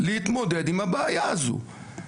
להתמודד עם הבעיה הזו.